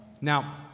Now